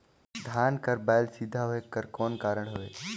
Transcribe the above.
धान कर बायल सीधा होयक कर कौन कारण हवे?